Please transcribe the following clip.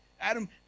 Adam